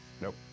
Nope